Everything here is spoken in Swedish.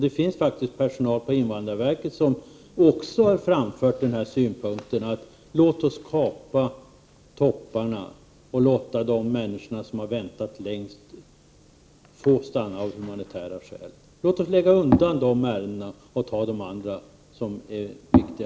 Det finns faktiskt personal på invandrarverket som också har framfört synpunkten att vi skulle kunna kapa topparna och låta de människor som väntat längst få stanna av humanitära skäl. Låt oss avsluta de ärendena så att vi kan handlägga de andra som också är viktiga!